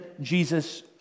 Jesus